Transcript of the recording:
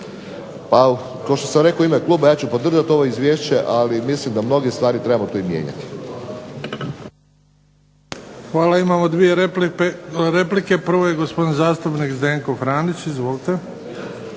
Kao što sam rekao u ime kluba ja ću podržati ovo izvješće, ali mislim da mnoge stvari trebamo tu i mijenjati. **Bebić, Luka (HDZ)** Hvala. Imamo dvije replike. Prvo je gospodin zastupnik Zdenko Franić. Izvolite.